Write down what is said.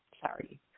Sorry